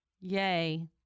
Yay